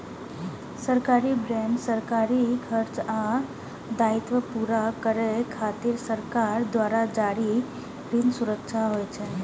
सरकारी बांड सरकारी खर्च आ दायित्व पूरा करै खातिर सरकार द्वारा जारी ऋण सुरक्षा होइ छै